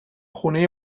خونه